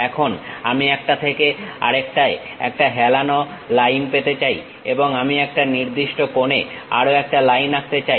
এখন আমি একটা থেকে আরেকটায় একটা হেলানো লাইন পেতে চাই এবং আমি একটা নির্দিষ্ট কোণে আরও একটা লাইন আঁকতে চাই